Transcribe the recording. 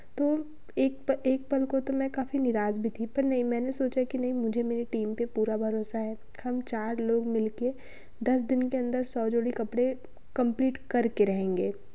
तो एक एक पल को तो मैं काफ़ी निराश भी थी पर नहीं मैंने सोचा कि नहीं मुझे मेरी टीम पे पूरा भरोसा है हम चार लोग मिल के दस दिन के अंदर सौ जोड़ी कपड़े कम्प्लीट करके रहेंगे